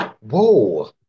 Whoa